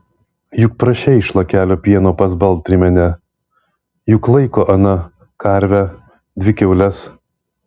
juk prašei šlakelio pieno pas baltrimienę juk laiko ana karvę dvi kiaules